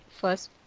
first